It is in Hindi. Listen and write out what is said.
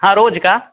हाँ रोज़ का